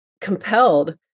compelled